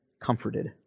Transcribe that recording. comforted